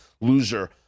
loser